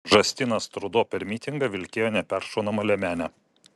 džastinas trudo per mitingą vilkėjo neperšaunamą liemenę